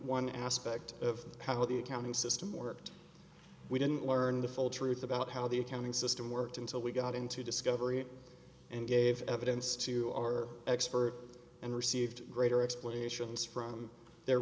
dollar aspect of how the accounting system worked we didn't learn the full truth about how the accounting system worked until we got into discovery and gave evidence to our experts and received greater explanations from their